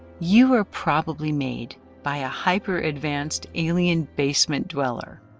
you are probably made by a hyper advanced alien basement dweller,